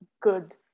good